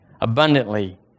abundantly